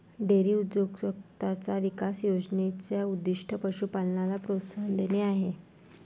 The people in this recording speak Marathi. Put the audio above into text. डेअरी उद्योजकताचा विकास योजने चा उद्दीष्ट पशु पालनाला प्रोत्साहन देणे आहे